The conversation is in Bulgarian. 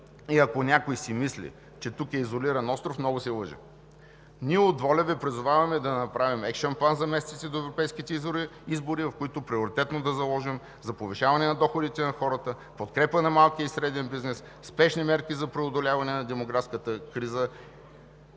и ако някой си мисли, че тук е изолиран остров, много се лъже. Ние от „Воля“ Ви призоваваме да направим екшън план за месеците до европейските избори, в които приоритетно да заложим: повишаване на доходите на хората, подкрепа на малкия и среден бизнес, спешни мерки за преодоляване на демографската криза